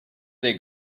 dei